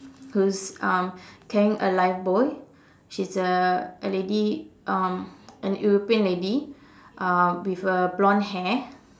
who's um carrying a lifebuoy she is a a lady um an European lady uh with a blonde hair